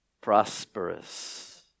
prosperous